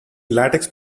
latex